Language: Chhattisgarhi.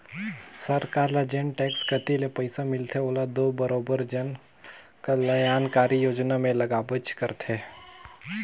सरकार ल जेन टेक्स कती ले पइसा मिलथे ओला दो बरोबेर जन कलयानकारी योजना में लगाबेच करथे